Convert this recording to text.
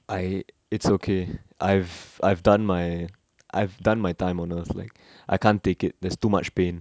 I it's okay I've I've done my I've done my time on earth like I can't take it there's too much pain